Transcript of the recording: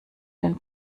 den